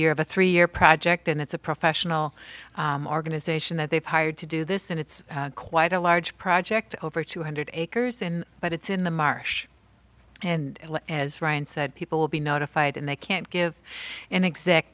year of a three year project and it's a professional organization that they've hired to do this and it's quite a large project over two hundred acres and but it's in the marsh and as ryan said people will be notified and they can't give an exact